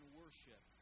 worship